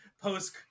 post